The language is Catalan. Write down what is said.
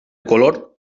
color